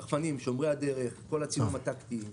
זה רחפנים, שומרי הדרך, כל הצילום הטקטי.